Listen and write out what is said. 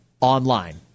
online